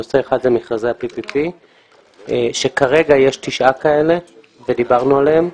נושא אחד הוא מכרזי ה-PPP כאשר כרגע יש תשעה כאלה ודיברנו עליהם.